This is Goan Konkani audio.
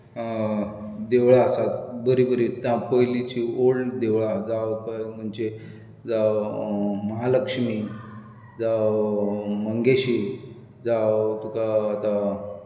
देवळां आसात बरी बरी पयलींची ओल्ड देवळां जावं महालक्ष्मी जावं मंगेशी जावं तुका आतां